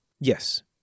Yes